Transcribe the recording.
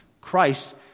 Christ